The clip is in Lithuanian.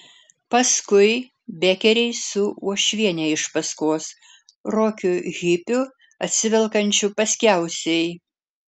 paskui bekeriai su uošviene iš paskos rokiu hipiu atsivelkančiu paskiausiai